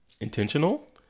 Intentional